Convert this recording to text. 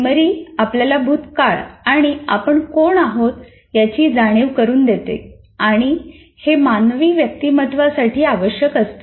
memory आपल्याला भूतकाळ आणि 'आपण कोण आहोत' यांची जाणीव करून देते आणि हे मानवी व्यक्तिमत्वासाठी आवश्यक असते